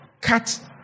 cut